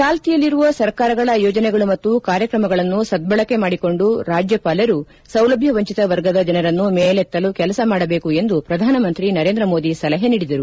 ಚಾಲ್ತಿಯಲ್ಲಿರುವ ಸರ್ಕಾರಗಳ ಯೋಜನೆಗಳು ಮತ್ತು ಕಾರ್ಯಕ್ರಮಗಳನ್ನು ಸದ್ಗಳಕೆ ಮಾಡಿಕೊಂಡು ರಾಜ್ಯಪಾಲರು ಸೌಲಭ್ಯವಂಚಿತ ವರ್ಗದ ಜನರನ್ನು ಮೇಲೆತ್ತಲು ಕೆಲಸ ಮಾಡಬೇಕು ಎಂದು ಪ್ರಧಾನಮಂತ್ರಿ ನರೇಂದ್ರ ಮೋದಿ ಸಲಹೆ ನೀಡಿದರು